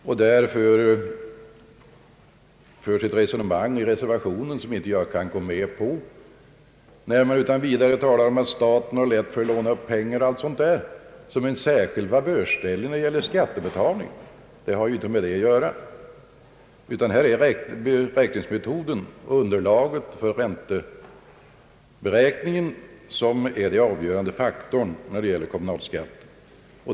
På den punkten förs i reservationen ett resonemang som jag inte kan gå med på, där man utan vidare talar om att staten har lätt för att låna pengar m.m. såsom en särskild favör när det gäller skattebetalning. Det har inte med saken att göra, utan här är beräkningsmetoden, underlaget för ränteberäkningen, den avgörande faktorn när det gäller kommunalskatten.